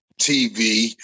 TV